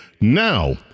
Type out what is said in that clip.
Now